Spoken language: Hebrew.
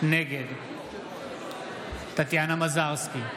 נגד טטיאנה מזרסקי,